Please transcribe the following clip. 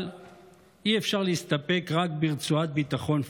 אבל אי-אפשר להסתפק רק ברצועת ביטחון פיזית.